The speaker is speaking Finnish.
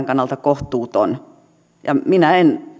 kannalta kohtuuton minä en